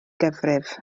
gyfrif